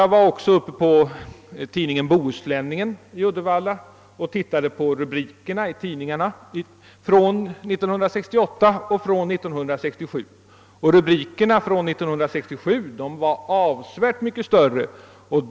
Jag var också uppe på tidningen Bohuslänningens redaktion i Uddevalla och tittade på tidningsrubrikerna från åren 1967 och 1968. Jag fann därvid att rubrikerna år 1967 var avsevärt myckei större.